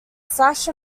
slash